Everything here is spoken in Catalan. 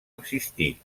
existir